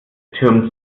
türmt